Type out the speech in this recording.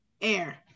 Air